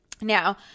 Now